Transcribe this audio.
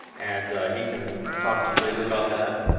and he can talk to you later about that.